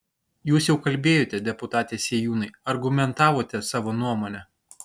jūs jau kalbėjote deputate sėjūnai argumentavote savo nuomonę